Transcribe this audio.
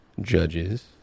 judges